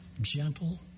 gentle